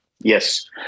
Yes